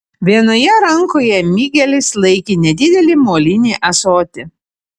vienoje rankoje migelis laikė nedidelį molinį ąsotį